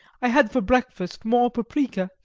i had for breakfast more paprika,